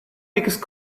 biggest